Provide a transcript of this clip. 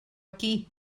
qui